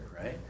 right